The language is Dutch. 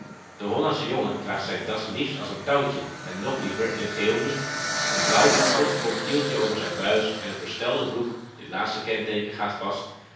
jongen draagt zijn das liefst als een touwtje en nog liever in t geheel niet een blauw of schotschbont kieltje over zijn buis en een verstelde broek dit laatste kenteeken gaat vast